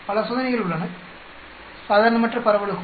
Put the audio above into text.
பல சோதனைகள் உள்ளனபின்னர்சாதாரணமற்ற பரவலுக்கும்